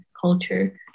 culture